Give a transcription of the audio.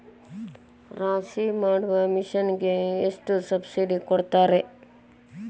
ರಾಶಿ ಮಾಡು ಮಿಷನ್ ಗೆ ಎಷ್ಟು ಸಬ್ಸಿಡಿ ಕೊಡ್ತಾರೆ?